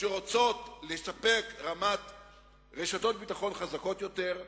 שרוצות לספק רשתות ביטחון חזקות יותר,